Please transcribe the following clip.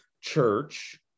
Church